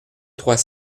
trois